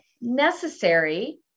necessary